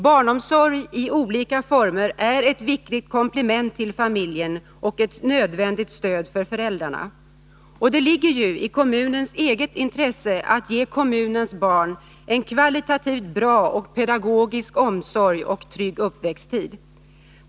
Barnomsorg i olika former är ett viktigt komplement till familjen och ett nödvändigt stöd för föräldrarna. Det ligger ju i kommunens eget intresse att ge kommunens barn en kvalitativt bra och pedagogisk omsorg samt trygg uppväxttid.